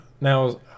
now